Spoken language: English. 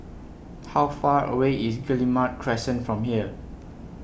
How Far away IS Guillemard Crescent from here